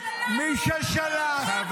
מי ששלח ----- רוב